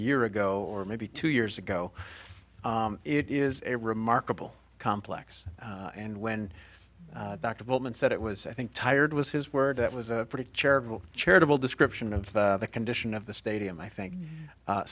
year ago or maybe two years ago it is a remarkable complex and when dr bowman said it was i think tired was his word that was a pretty charitable charitable description of the condition of the stadium i think